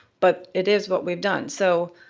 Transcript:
but it is what we've done so.